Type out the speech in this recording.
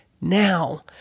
now